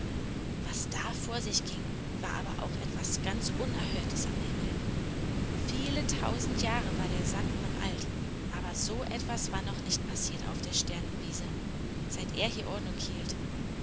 was da vor sich ging war aber auch etwas ganz unerhörtes am himmel viele tausend jahre war der sandmann alt aber so etwas war noch nicht passiert auf der sternenwiese seit er hier ordnung hielt